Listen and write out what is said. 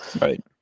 Right